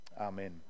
amen